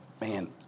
man